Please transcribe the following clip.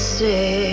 say